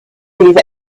either